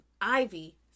Ivy